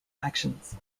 actions